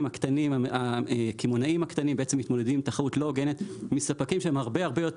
הקטנים מתמודדים עם תחרות לא הוגנת אל מול ספקים גדולים.